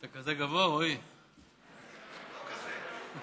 הצעת חוק לתיקון פקודת הבנקאות (דיווח לוועדת